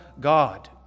God